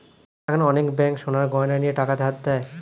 এখন অনেক ব্যাঙ্ক সোনার গয়না নিয়ে টাকা ধার দেয়